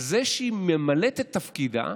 על זה שהיא ממלאת את תפקידה,